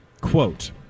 Quote